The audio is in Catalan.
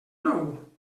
nou